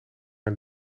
een